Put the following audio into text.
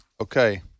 okay